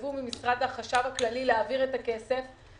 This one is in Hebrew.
התחייבו ממשרד החשב הכללי להעביר את הכסף,